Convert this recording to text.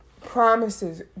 promises